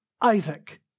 Isaac